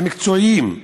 המקצועיים.